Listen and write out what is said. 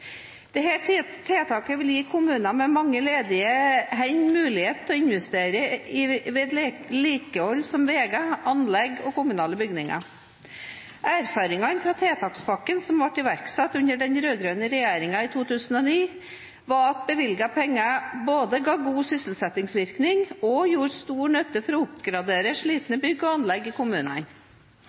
tiltaket vil gi kommuner med mange ledige hender mulighet til å investere i vedlikehold av veier, anlegg og kommunale bygninger. Erfaringene fra tiltakspakken som ble iverksatt under den rød-grønne regjeringen i 2009, var at bevilgede penger både ga god sysselsettingsvirkning og gjorde stor nytte for å oppgradere slitne bygg og anlegg i kommunene.